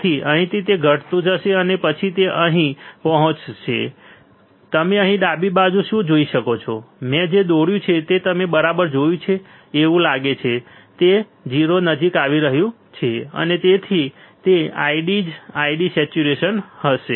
તેથી અહીંથી તે ઘટતું જશે અને પછી તે અહીં પહોંચશે તમે અહીં ડાબી બાજુ શું જોઈ શકો છો મેં જે દોર્યું છે તે તમે બરાબર જોયું છે એવું લાગે છે કે તે 0 નજીક આવી રહ્યું છે અને તેથી તે ID જ ID સેચ્યુરેશન હશે